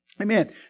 Amen